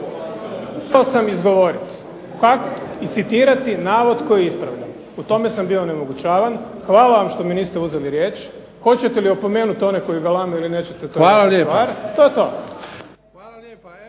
sam izgovoriti, pa i citirati navod koji je ispravljan. U tome sam bio onemogućavam. Hvala vam što mi niste uzeli riječ. Hoćete li opomenuti one koji galame ili nećete to je vaša stvar. to je